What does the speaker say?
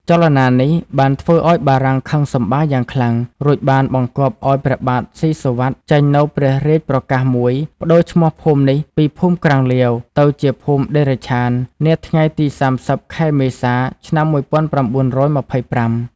ចលនានេះបានធ្វើឱ្យបារាំងខឹងសម្បារយ៉ាងខ្លាំង រួចបានបង្គាប់ឱ្យព្រះបាទស៊ីសុវត្ថិចេញនូវព្រះរាជប្រកាសមួយប្ដូរឈ្មោះភូមិនេះពីភូមិក្រាំងលាវ ទៅជាភូមិតិរិច្ឆាន នាថ្ងៃទី ៣០ ខែមេសា ឆ្នាំ ១៩២៥។